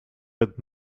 with